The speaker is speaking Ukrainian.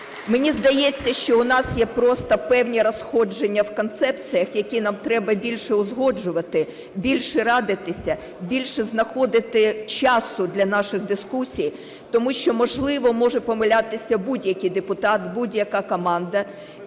Мені здається, що у нас є просто певні розходження в концепціях, які нам треба більше узгоджувати, більше радитися, більше знаходити часу для наших дискусій. Тому що, можливо, може помилятися будь-який депутат, будь-яка команда